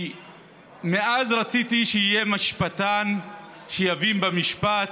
אז רציתי שיהיה משפטן שיבין במשפט,